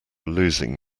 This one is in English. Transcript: losing